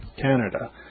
Canada